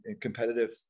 competitive